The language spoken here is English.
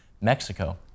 Mexico